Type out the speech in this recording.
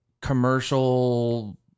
commercial